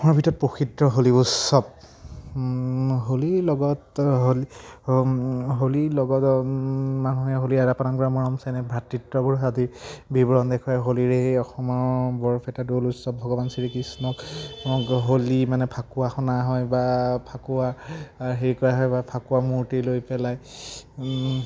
আমাৰ ভিতৰত প্ৰসিদ্ধ হোলী উৎসৱ হোলীৰ লগত হোলী হোলীৰ লগত মানুহে হোলী আদান প্ৰদান কৰে মৰম চেনেহ ভাতৃত্ববোধ বিৱৰণ দেখুৱাই হোলীৰ এই অসমৰ বৰপেটাৰ দৌল উৎসৱ ভগৱান শ্ৰীকৃষ্ণক হোলী মানে ফাকুৱা সনা হয় বা ফাকুৱাৰ হেৰি কৰা হয় বা ফাকুৱা মূৰ্তি লৈ পেলাই